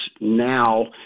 now